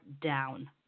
down